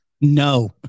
No